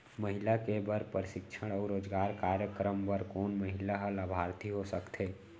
महिला के बर प्रशिक्षण अऊ रोजगार कार्यक्रम बर कोन महिला ह लाभार्थी हो सकथे?